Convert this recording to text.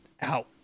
out